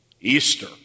Easter